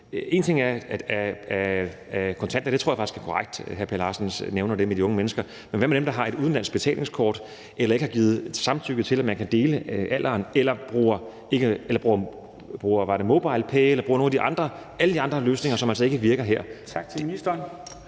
En ting er det med kontanter, og der tror jeg faktisk, det er korrekt, hvad hr. Per Larsen nævner om de unge mennesker, men hvad med dem, der har et udenlandsk betalingskort eller ikke har givet samtykke til, at man kan se deres alder, eller som bruger MobilePay eller nogle af alle de andre løsninger, som gør, at det her altså ikke